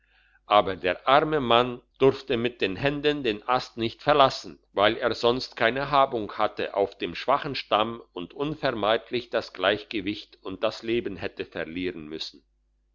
aber der arme mann durfte mit den händen den ast nicht verlassen weil er sonst keine habung hatte auf dem schwachen stamm und unvermeidlich das gleichgewicht und das leben hätte verlieren müssen